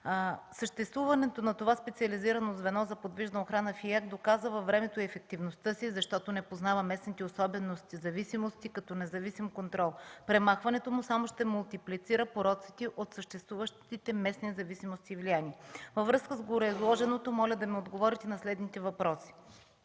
Съществуването на това специализирано звено за подвижна охрана в ИАГ доказа във времето и ефективността си, защото не познава местните особености и зависимости като независим контрол. Премахването му само ще мултиплицира пороците от съществуващите местни зависимости и влияния. Във връзка с гореизложеното, моля да ми отговорите на следните въпроси: